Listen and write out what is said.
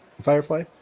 Firefly